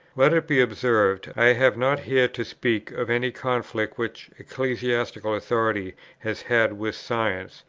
let it be observed, i have not here to speak of any conflict which ecclesiastical authority has had with science,